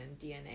dna